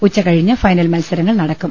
ഉച്ചകഴിഞ്ഞ് ഫൈനൽ മത്സരങ്ങൾ നടക്കും